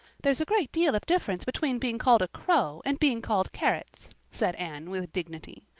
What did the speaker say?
there's a great deal of difference between being called a crow and being called carrots, said anne with dignity.